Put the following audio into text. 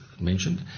mentioned